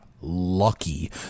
lucky